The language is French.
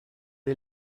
est